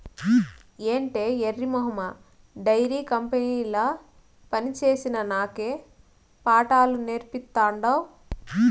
ఏటే ఎర్రి మొహమా డైరీ కంపెనీల పనిచేసిన నాకే పాఠాలు నేర్పతాండావ్